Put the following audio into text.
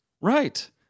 right